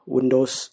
Windows